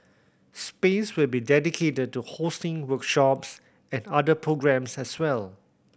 space will be dedicated to hosting workshops and other programmes as well